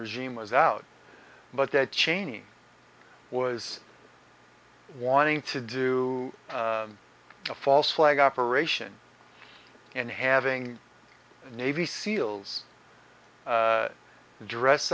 regime was out but that cheney was wanting to do a false flag operation and having a navy seals dress